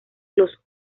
los